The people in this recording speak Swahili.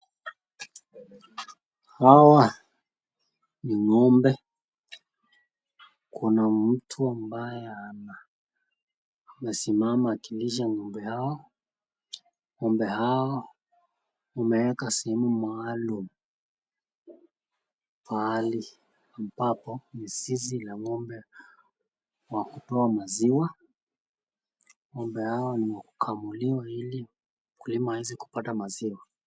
Hawa ni ng'ombe kuna mtu nasimama akilisha ng'ombe hawa ,ng'ombe hao wamemewekwa sehemu maalum ambapo ni sizi la ng'ombe wa kutoa maziwa, ngombe hawa ni wa kukamuliwa ili mkulima aweze kupata maziwa.